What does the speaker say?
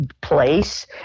place